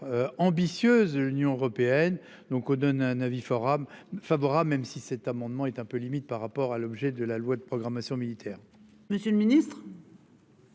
ambitieuse. L'Union européenne, donc on donne un avis Forum favorable même si cet amendement est un peu limite, par rapport à l'objet de la loi de programmation militaire. Monsieur le Ministre.